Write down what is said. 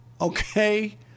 Okay